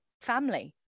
family